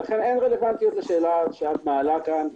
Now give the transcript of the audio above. ולכן אין רלוונטיות לשאלה שאת מעלה פה.